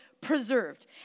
preserved